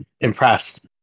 impressed